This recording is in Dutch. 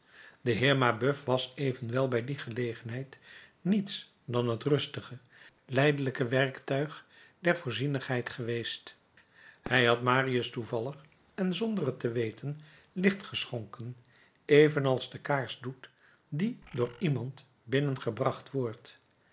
de heer mabeuf was evenwel bij die gelegenheid niets dan het rustige lijdelijke werktuig der voorzienigheid geweest hij had marius toevallig en zonder het te weten licht geschonken evenals de kaars doet die door iemand binnen gebracht wordt